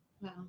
Wow